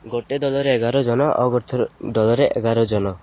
ଗୋଟେ ଦଲରେ ଏଗାର ଜନ ଅଉ ଗୋଟେ ଦଲରେ ଏଗାର ଜନ